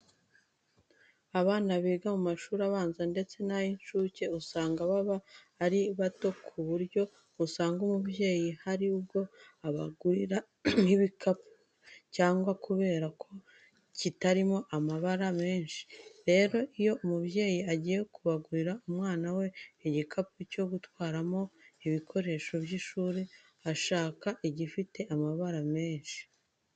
Abana biga mu mashuri abanza ndetse n'ay'incuke usanga baba ari bato ku buryo usanga umubyeyi hari ubwo abagurira nk'ikintu bakacyanga kubera ko kitarimo amabara menshi. Rero iyo umubyeyi agiye kugurira umwana we igikapu cyo gutwaramo ibikoresho by'ishuri ashaka igifite amabara menshi.